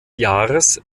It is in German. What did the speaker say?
jahres